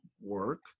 work